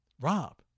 Rob